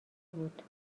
بود